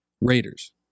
Raiders